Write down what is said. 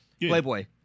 playboy